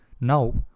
now